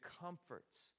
comforts